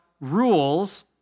rules